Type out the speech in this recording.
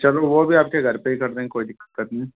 चलो वह भी आपके घर पर ही कर देंगे कोई दिक्कत नहीं